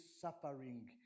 suffering